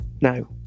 Now